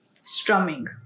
strumming